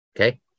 okay